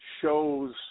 shows